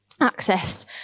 access